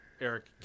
Eric